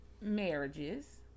marriages